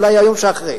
אולי היום שאחרי?